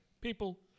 people –